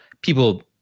people